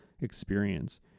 experience